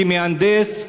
כמהנדס.